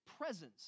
presence